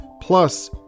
plus